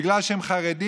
בגלל שהם חרדים?